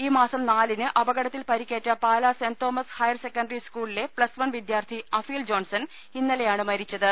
ഈമാസം നാലിന് അപകടത്തിൽ പരിക്കേറ്റ Pala saint Thomas higher secondary സ്കൂളിലെ പ്ലസ്വൺ വിദ്യാർത്ഥി അഫീൽ ജോൺസൺ ഇന്ന ലെയാണ് മരിച്ചത്